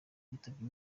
bitabye